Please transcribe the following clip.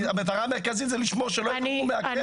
המטרה המרכזית היא לשמור שלא יברחו מהכלא.